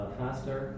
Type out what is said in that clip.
faster